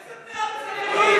איזה בני ארץ מקוריים?